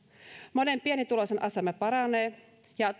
monen pienituloisen asema paranee ja